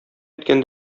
иткән